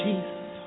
Jesus